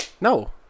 No